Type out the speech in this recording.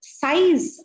size